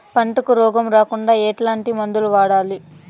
పంటకు రోగం రాకుండా ఎట్లాంటి మందులు వాడాలి?